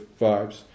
vibes